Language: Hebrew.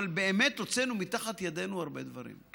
אבל הוצאנו מתחת ידנו הרבה דברים.